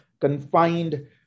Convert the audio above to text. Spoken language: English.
confined